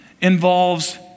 involves